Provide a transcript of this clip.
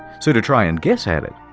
so, to try and guess at it.